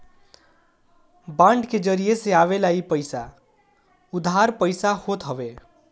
bond के जरिया से आवेवाला इ पईसा उधार पईसा होत हवे